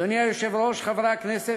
אדוני היושב-ראש, חברי הכנסת,